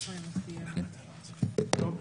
אוקי.